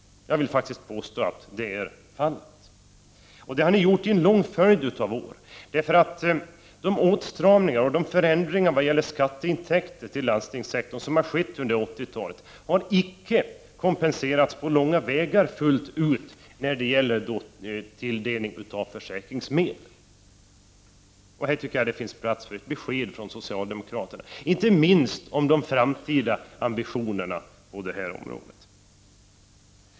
Jag vill faktiskt påstå att detta är fallet. Och så har skett under en lång följd av år. Åtstramningarna och förändringarna under 1980-talet när det gäller skatteintäkter till landstingssektorn har på långa vägar icke kompenserats i fråga om tilldelning av försäkringsmedel. Här tycker jag att det finns plats för ett besked från socialdemokraterna, inte minst om de framtida ambitionerna på detta område.